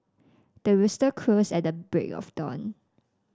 the rooster crows at the break of dawn